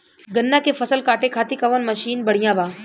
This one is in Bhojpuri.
गन्ना के फसल कांटे खाती कवन मसीन बढ़ियां बा?